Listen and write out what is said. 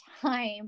time